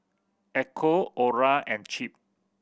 Echo Orra and Chip